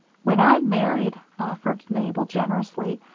when i'm married, offered mabel, generously,